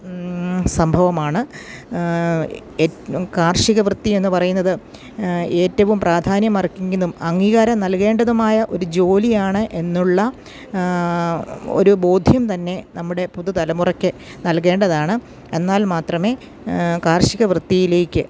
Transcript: സംഭവമാണ് കാർഷികവൃത്തി എന്ന് പറയുന്നത് ഏറ്റവും പ്രാധാന്യമര്ഹിക്കുന്നതും അംഗീകാരം നൽകേണ്ടതുമായ ഒരു ജോലിയാണെന്നുള്ള ഒരു ബോധ്യം തന്നെ നമ്മുടെ പുതുതലമുറയ്ക്ക് നൽകേണ്ടതാണ് എന്നാൽ മാത്രമേ കാർഷികവൃത്തിയിലേക്ക്